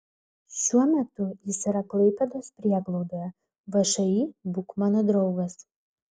šiuo metu jis yra klaipėdos prieglaudoje všį būk mano draugas